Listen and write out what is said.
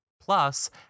Plus